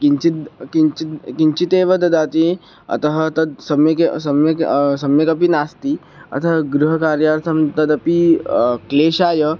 किञ्चित् किञ्चित् किञ्चिदेव ददाति अतः तद् सम्यगेव सम्यक् सम्यक् अपि नास्ति अतः गृहकार्यार्थं तदपि क्लेशाय